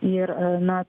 ir na